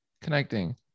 connecting